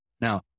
Now